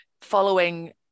following